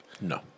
No